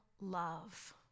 love